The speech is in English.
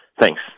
Thanks